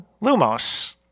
Lumos